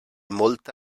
molta